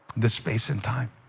this space in time.